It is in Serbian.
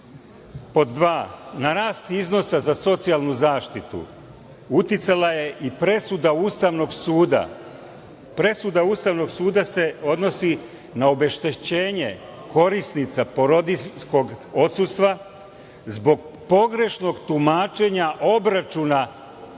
dva, na rast izvoza za socijalnu zaštitu uticala je i presuda Ustavnog suda. Presuda Ustavnog suda se odnosi na obeštećenje korisnica porodiljskog odsustva zbog pogrešnog tumačenja obračuna